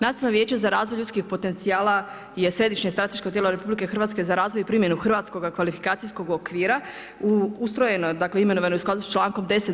Nacionalno vijeće za razvoj ljudskih potencijala je središnje strateško tijelo RH za razvoj i primjenu hrvatskog kvalifikacijskog okvira, ustrojeno je dakle imenovano je u skladu s člankom 10.